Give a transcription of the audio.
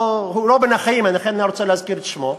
הוא לא בין החיים, לכן אני לא רוצה להזכיר את שמו.